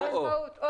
זה המשמעות.